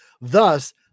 thus